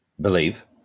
believe